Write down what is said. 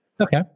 Okay